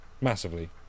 massively